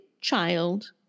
child